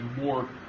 more